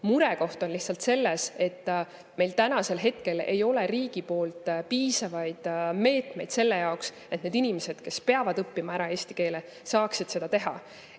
Murekoht on lihtsalt selles, et meil hetkel ei [paku] riik piisavaid meetmeid selle jaoks, et need inimesed, kes peavad õppima ära eesti keele, saaksid seda teha.